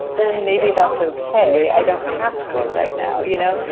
then maybe that's okay. i don't have to. right now, you know,